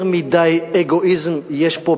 יותר מדי אגואיזם יש פה,